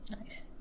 Nice